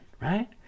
Right